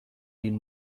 این